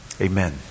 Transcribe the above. Amen